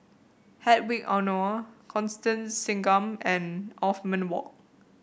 Hedwig Anuar Constance Singam and Othman Wok